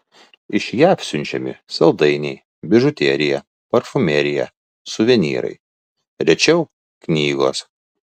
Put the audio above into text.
iš jav siunčiami saldainiai bižuterija parfumerija suvenyrai rečiau knygos